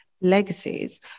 legacies